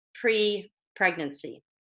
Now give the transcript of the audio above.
pre-pregnancy